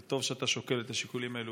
וטוב שאתה שוקל את השיקולים האלה